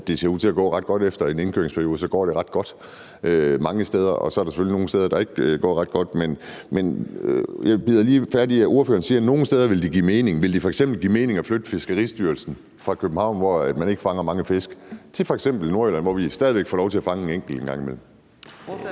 det ser ud til at gå ret godt. Efter en indkøringsperiode går det ret godt mange steder, og så er der selvfølgelig nogle steder, hvor det ikke går ret godt. Men jeg bider lige mærke i, at ordføreren siger, at det ville give mening nogle steder. Ville det f.eks. give mening at flytte Fiskeristyrelsen fra København, hvor man ikke fanger mange fisk, til f.eks. Nordjylland, hvor vi stadig væk får lov til at fange en enkelt fisk en gang imellem?